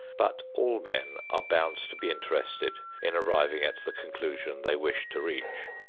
but all men are bound to be interested in arriving at the conclusion they wish to reach.